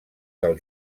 del